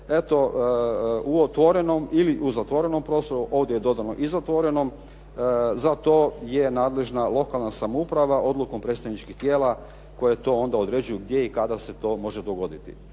eto u otvorenom ili zatvorenom prostoru, ovdje je dodano i zatvoreno, za to je nadležna lokalna samouprava odlukom predstavničkih tijela koje to onda određuju gdje i kada se to može dogoditi.